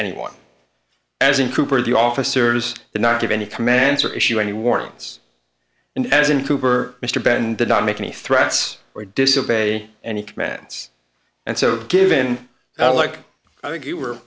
anyone as in cowper the officers did not give any commands or issue any warnings and as in cooper mr benn did not make any threats or disobey any commands and so given that like i think you were